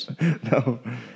No